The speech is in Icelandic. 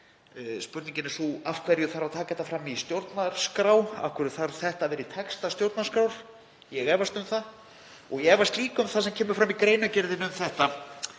Spurningin er: Af hverju þarf að taka það fram í stjórnarskrá? Af hverju þarf þetta að vera í texta stjórnarskrár? Ég efast um það og ég efast líka um það sem kemur fram í greinargerðinni um þetta